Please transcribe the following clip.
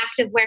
activewear